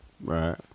Right